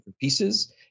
pieces